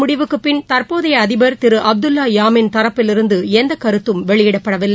முடிவுக்குபின் தற்போதையஅதிபர் திருஅப்துல்லாயாமீன் தரப்பிலிருந்துஎந்தகருத்தும் இந்ததேர்தல் வெளியிடப்படவில்லை